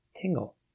tingle